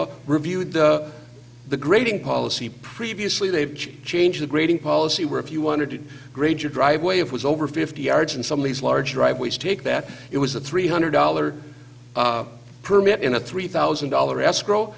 reviewed the grading policy previously they've changed the grading policy where if you wanted to grade your driveway if was over fifty yards in some of these large driveways take that it was a three hundred dollars permit in a three thousand dollar escrow